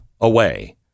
away